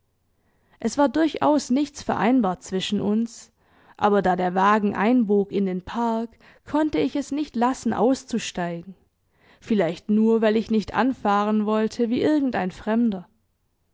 es war durchaus nichts vereinbart zwischen uns aber da der wagen einbog in den park konnte ich es nicht lassen auszusteigen vielleicht nur weil ich nicht anfahren wollte wie irgendein fremder